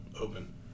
open